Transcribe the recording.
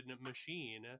machine